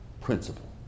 principle